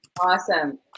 Awesome